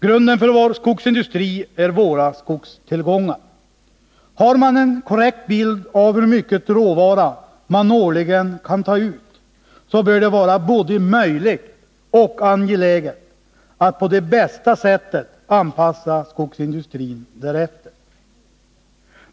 Grunden för vår skogsindustri är våra skogstillgångar. Har man en korrekt bild av hur mycket råvara som årligen kan tas ut, bör det vara både möjligt och angeläget att på det bästa sättet anpassa skogsindustrin därefter.